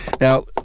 Now